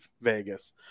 Vegas